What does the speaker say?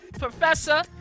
Professor